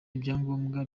ibyangombwa